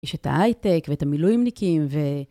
יש את ההיי-טק ואת המילואימניקים ו...